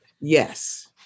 yes